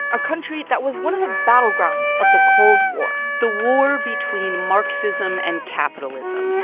a country that was one of the battlegrounds of the cold war the war between marxism and capitalism,